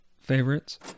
favorites